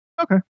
Okay